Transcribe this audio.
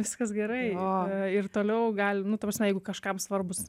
viskas gerai o ir toliau gali nu ta prasme jeigu kažkam svarbūs